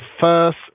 first